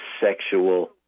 sexual